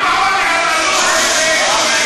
רגע, רגע.